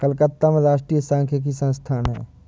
कलकत्ता में राष्ट्रीय सांख्यिकी संस्थान है